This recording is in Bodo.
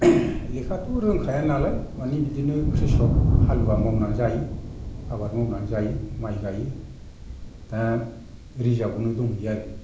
लेखाथ' रोंखायानालाय मानि बिदिनो क्रिशक हालुवा मावनानै जायो आबाद मावनानै जायो माइ गायो दा रिजाबावनो दंहैयो आरो